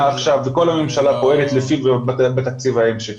עכשיו וכל הממשלה פועלת לפי התקציב ההמשכי.